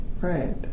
Right